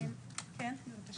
בבקשה.